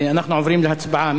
אנחנו עוברים להצבעה.